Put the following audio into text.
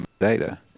data